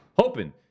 hoping